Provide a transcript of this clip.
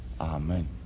Amen